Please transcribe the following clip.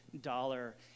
dollar